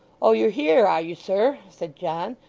oh, you're here, are you, sir said john,